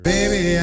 Baby